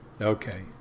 Okay